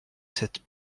cette